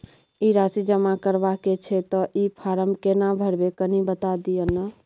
ई राशि जमा करबा के छै त ई फारम केना भरबै, कनी बता दिय न?